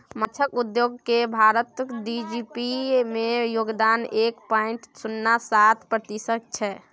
माछ उद्योग केर भारतक जी.डी.पी मे योगदान एक पॉइंट शुन्ना सात प्रतिशत छै